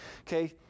okay